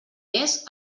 mes